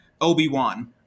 Obi-Wan